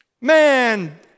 Man